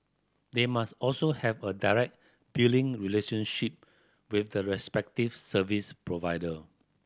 they must also have a direct billing relationship with the respective service provider